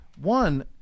One